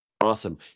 Awesome